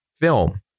film